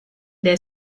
their